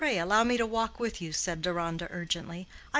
pray allow me to walk with you, said deronda urgently.